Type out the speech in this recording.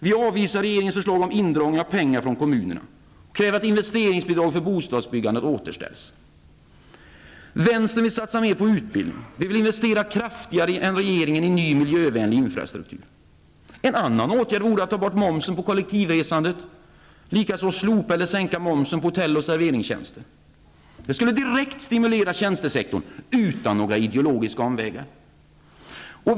Vi avvisar regeringens förslag om indragning av pengar från kommunerna och kräver att investeringsbidraget för bostadsbyggandet återställs. Vänstern vill satsa mer resurser på utbildning. Vi vill investera kraftigare än regeringen i ny, miljövänlig infrastruktur. En annan åtgärd vore att ta bort momsen på kollektivresande, likaså att slopa eller sänka momsen på hotell och serveringstjänster. Det skulle direkt stimulera tjänstesektorn utan några ideologiska omvägar.